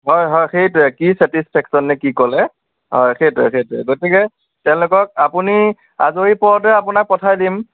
হয় হয় সেইটোৱে কি চেটিছফেকশ্বন নে কি ক'লে হয় সেইটোৱে সেইটোৱে গতিকে তেওঁলোকক আপুনি আজৰি পৰতে আপোনাৰ পঠাই দিম